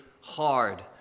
hard